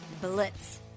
Blitz